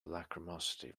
lachrymosity